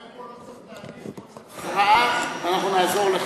פה צריך תהליך, ואנחנו נעזור לך.